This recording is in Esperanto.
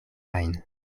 ajn